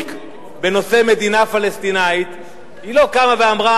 בנושא מדינה פלסטינית היא לא קמה ואמרה: